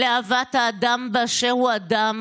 לאהבת האדם באשר הוא אדם,